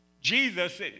Jesus